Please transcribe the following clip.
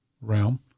realm